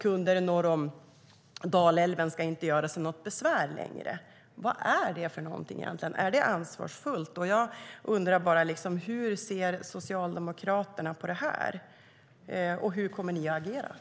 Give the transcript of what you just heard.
Kunder norr om Dalälven ska inte göra sig besvär längre. Vad är detta för någonting egentligen? Är det ansvarsfullt?